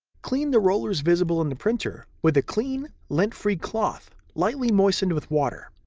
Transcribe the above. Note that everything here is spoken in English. clean the rollers visible in the printer with a clean, lint-free cloth lightly moistened with water.